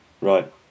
Right